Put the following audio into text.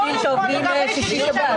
יש עובדים שעובדים בשישי-שבת.